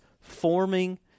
forming